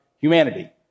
humanity